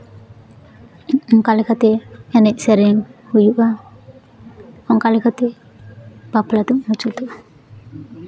ᱚᱱᱠᱟ ᱞᱮᱠᱟᱛᱮ ᱮᱱᱮᱡ ᱥᱮᱨᱮᱧ ᱦᱩᱭᱩᱜᱼᱟ ᱚᱱᱠᱟ ᱞᱮᱠᱟᱛᱮ ᱵᱟᱯᱞᱟ ᱫᱚ ᱢᱩᱪᱟᱹᱫᱚᱜᱼᱟ